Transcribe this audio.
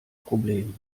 problem